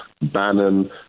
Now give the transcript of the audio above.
bannon